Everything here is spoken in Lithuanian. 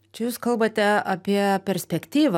čia jūs kalbate apie perspektyvą